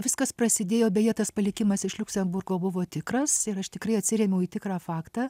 viskas prasidėjo beje tas palikimas iš liuksemburgo buvo tikras ir aš tikrai atsirėmiau į tikrą faktą